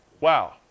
wow